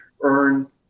earn